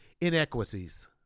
inequities